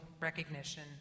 recognition